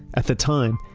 at the time,